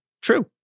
true